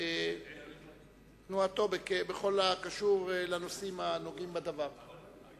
תנועתו בכל הקשור לנושאים הנוגעים בדבר.